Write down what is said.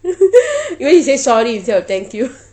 imagine she say sorry instead of thank you